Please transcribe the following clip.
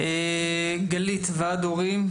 גלית ועד הורים.